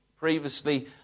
previously